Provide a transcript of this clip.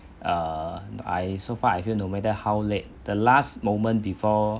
err I so far I feel no matter how late the last moment before